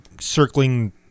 circling